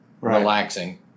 relaxing